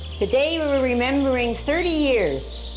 today we're we're remembering thirty years,